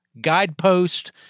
Guidepost